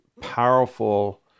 powerful